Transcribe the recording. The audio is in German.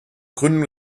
gründung